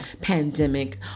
pandemic